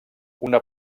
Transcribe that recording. una